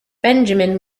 benjamin